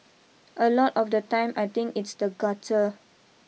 a lot of the time I think it's the gutter